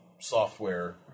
software